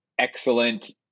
excellent